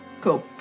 Cool